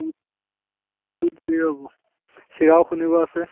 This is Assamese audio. বহুত দেৰি হ'ব চিৰাও খুন্দিব আছে